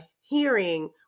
hearing